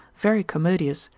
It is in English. very commodious,